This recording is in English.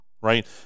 right